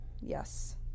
Yes